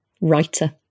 writer